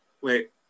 wait